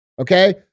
Okay